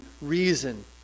reason